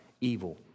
evil